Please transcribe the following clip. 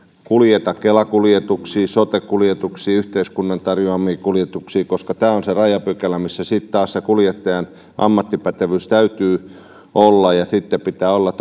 kuljeta kela kuljetuksia sote kuljetuksia yhteiskunnan tar joamia kuljetuksia koska tämä on se rajapykälä että sitten taas se kuljettajan ammattipätevyys täytyy olla ja sitten pitää olla